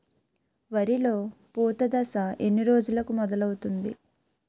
వరిలో పూత దశ ఎన్ని రోజులకు మొదలవుతుంది?